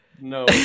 No